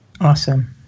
Awesome